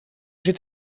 zit